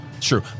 true